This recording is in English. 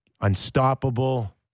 Unstoppable